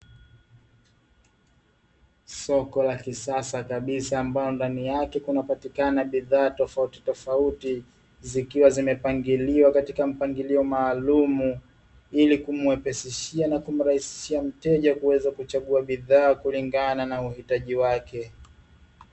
Soko la kisasa kabisa ambalo ndani yake kunapatikana bidhaa tofautitofauti, zikiwa zimepangiliwa katika mpangilio maalumu ili kumwepesishia na kumrahisishia mteja kuweza kuchagua bidhaa kulingana na uhitaji wake.